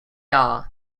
are